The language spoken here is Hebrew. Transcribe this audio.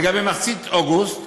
אבל, אדוני, תענה על השאלה.